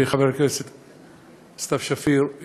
חברת הכנסת סתיו שפיר,